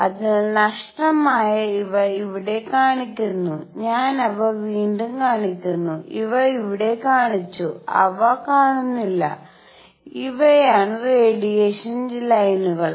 അതിനാൽ നഷ്ടമായ ഇവ ഇവിടെ കാണിക്കുന്നു ഞാൻ അവ വീണ്ടും കാണിക്കുന്നു ഇവ ഇവിടെ കാണിച്ചു അവ കാണുന്നില്ല ഇവയാണ് റേഡിയേഷൻ ലൈനുകൾ